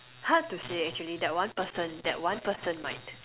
hard to say actually that one person that one person might